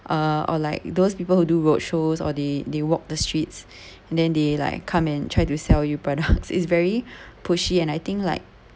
uh or like those people who do roadshows or they they walk the streets and then they like come and try to sell you products it's very pushy and I think like